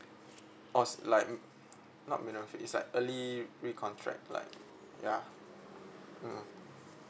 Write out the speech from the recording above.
or s~ like mm not minimum fee it's like early re-contract like ya mm mm